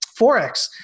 Forex